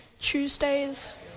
Tuesdays